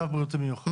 מצב בריאותי מיוחד.